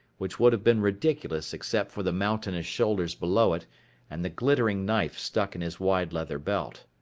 which would have been ridiculous except for the mountainous shoulders below it and the glittering knife stuck in his wide leather belt.